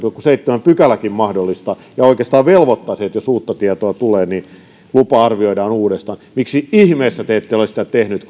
seitsemän seitsemäs pykäläkin mahdollistaa sen ja oikeastaan velvoittaakin siihen että jos uutta tietoa tulee niin lupa arvioidaan uudestaan miksi ihmeessä te ette ole sitä tehnyt